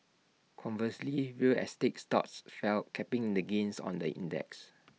conversely real estate stocks fell capping the gains on the index